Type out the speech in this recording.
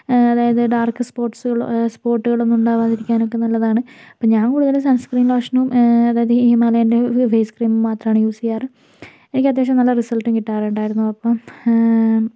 അതായത് ഡാർക്ക് സ്പോർട്സുകൾ സ്പോർട്കുൾ ഒന്നും ഉണ്ടാകാതിരിക്കാൻ നല്ലതാണ് അപ്പോൾ ഞാൻ കൂടുതലും സൺസ്ക്രീൻ ലോഷനും അതായത് ഹിമാലയൻറ്റെ ഫേസ് ക്രീമും മാത്രമാണ് യൂസ് ചെയ്യാറ് എനിക്ക് അത്യാവശ്യം നല്ല റിസൾട്ടും കിട്ടാറുണ്ടായിരുന്നു അപ്പം